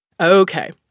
Okay